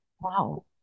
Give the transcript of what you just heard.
Wow